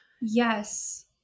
Yes